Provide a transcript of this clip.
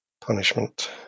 punishment